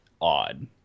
odd